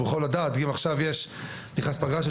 הוא יכול לדעת שאם נכנסת עכשיו נכנסת פגרה של